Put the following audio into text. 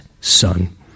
son